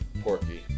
Porky